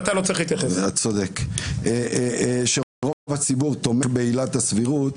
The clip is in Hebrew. שרוב הציבור תומך בעילת הסבירות.